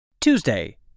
Tuesday